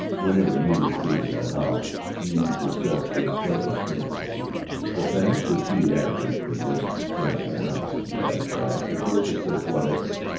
whenever eunice came to the house she discussed with pleasant intimacy the fact that she had been forbidden to come to the house and babbitt tried, with no success whatever,